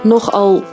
Nogal